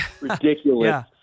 ridiculous